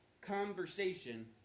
conversation